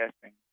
testing